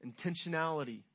intentionality